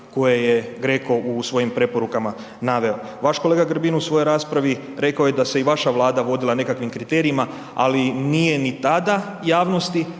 koje je GRECO u svojim preporukama naveo. Vaš kolega Grbin u svojoj raspravi rekao je da se vaša Vlada vodila nekakvim kriterijima, ali nije ni tada javnosti